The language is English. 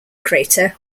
crater